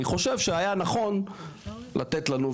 אני חושב שהיה נכון לתת לנו,